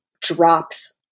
drops